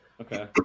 Okay